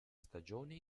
stagione